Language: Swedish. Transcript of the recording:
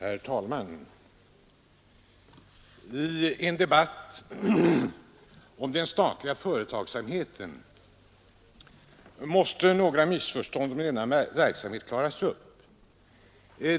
Herr talman! I en debatt om den statliga företagsamheten måste några missförstånd om denna verksamhet klaras upp.